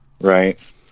Right